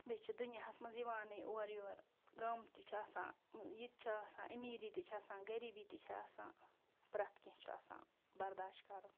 بیٚیہِ چھِ دُنیاہَس منٛز یِوانٕے اورٕ یور غم تہِ چھِ آسان یہِ تہِ چھِ آسان امیٖری تہِ چھِ آسان غریٖبی تہِ چھِ آسان پرٛٮ۪تھ کیٚنٛہہ چھُ آسان بَرداش کَرُن